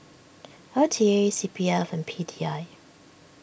L T A C P F and P D I